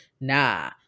Nah